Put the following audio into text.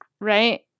right